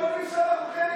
אנחנו אומרים שאנחנו חלק מזה,